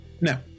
Now